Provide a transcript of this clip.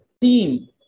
team